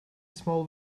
small